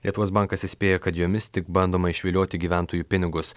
lietuvos bankas įspėja kad jomis tik bandoma išvilioti gyventojų pinigus